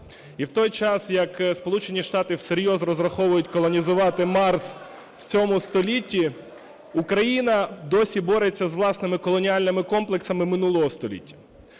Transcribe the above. І в той час, як Сполучені Штати всерйоз розраховують колонізувати Марс в цьому столітті, Україна досі бореться з власними колоніальними комплексами минулого століття.